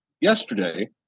yesterday